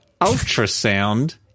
ultrasound